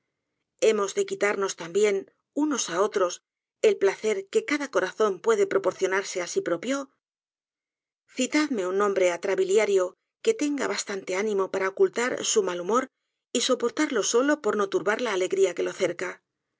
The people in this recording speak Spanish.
hemos de quitarnos también unos á otros el placer que cada corazón puede proporcionarse á sí propio citadme un hombre atrabiliario que tenga bastante ánimo para ocultar su mal humor y soportarlo solo por no turbar la alegría que lo cerca